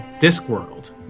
Discworld